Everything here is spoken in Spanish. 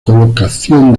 colocación